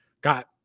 got